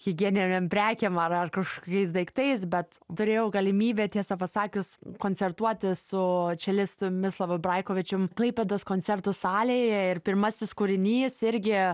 higieninėm prekėm ar ar kažkokiais daiktais bet turėjau galimybę tiesą pasakius koncertuoti su čelistu mislavu braikovičium klaipėdos koncertų salėje ir pirmasis kūrinys irgi